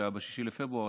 שהיה ב-6 בפברואר,